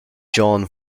john